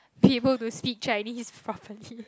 people to see Chinese properly